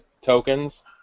tokens